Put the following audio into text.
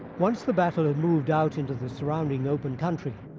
once the battle had moved out into the surrounding open country,